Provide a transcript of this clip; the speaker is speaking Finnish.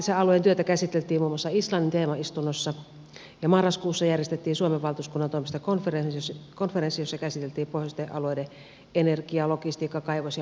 arktisen alueen työtä käsiteltiin muun muassa islannin teemaistunnossa ja marraskuussa järjestettiin suomen valtuuskunnan toimesta konferenssi jossa käsiteltiin pohjoisten alueiden energia logistiikka kaivos ja matkailuhankkeita